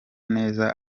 neza